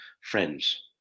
friends